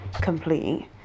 complete